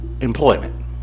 employment